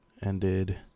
ended